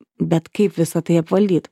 bet kaip visa tai apvaldyt